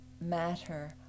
matter